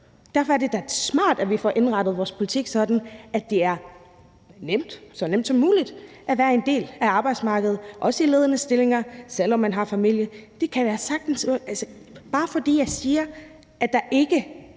Derfor er det da smart, at vi får indrettet vores politik sådan, at det er nemt – så nemt som muligt – at være en del af arbejdsmarkedet, også i ledende stillinger, selv om man har familie. Altså, bare fordi jeg siger, at der ikke